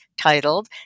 titled